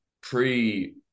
pre-